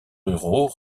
ruraux